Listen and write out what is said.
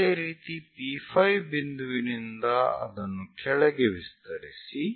ಅದೇ ರೀತಿ P5 ಬಿಂದುವಿನಿಂದ ಅದನ್ನು ಕೆಳಗೆ ವಿಸ್ತರಿಸಿ